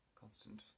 constant